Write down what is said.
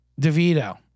DeVito